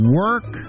work